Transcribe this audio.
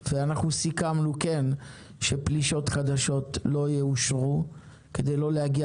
ואנחנו סיכמנו שפלישות חדשות לא יאושרו כדי לא להגיע